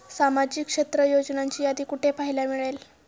सामाजिक क्षेत्र योजनांची यादी कुठे पाहायला मिळेल?